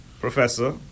Professor